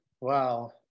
Wow